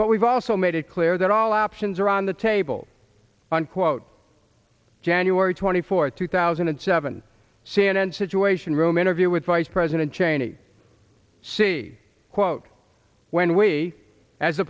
but we've also made it clear that all options are on the table unquote january twenty fourth two thousand and seven c n n situation room interview with vice president cheney see quote when we as the